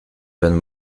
wenn